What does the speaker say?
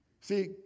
See